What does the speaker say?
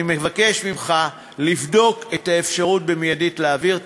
אני מבקש ממך לבדוק את האפשרות להעביר מייד